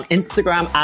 Instagram